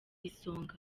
isonga